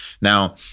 Now